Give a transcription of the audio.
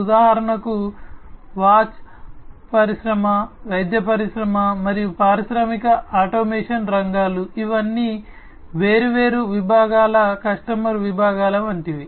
ఉదాహరణకు వాచ్ పరిశ్రమ వైద్య పరిశ్రమ మరియు పారిశ్రామిక ఆటోమేషన్ రంగాలు ఇవన్నీ వేర్వేరు విభాగాల కస్టమర్ విభాగాల వంటివి